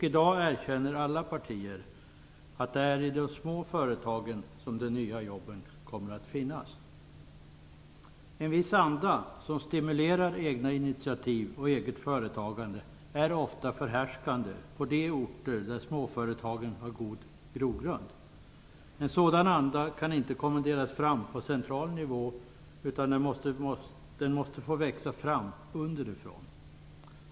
I dag erkänner alla partier att det är i de små företagen som de nya jobben kommer att finnas. En viss anda, som stimulerar egna initiativ och eget företagande, är ofta förhärskande på de orter där småföretagen har god grogrund. En sådan anda kan inte kommenderas fram på central nivå, utan den måste få växa fram underifrån.